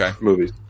movies